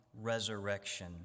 resurrection